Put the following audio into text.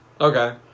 Okay